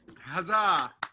Huzzah